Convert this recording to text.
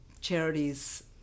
charities